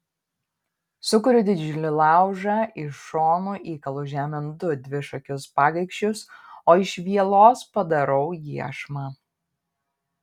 sukuriu didžiulį laužą iš šonų įkalu žemėn du dvišakus pagaikščius o iš vielos padarau iešmą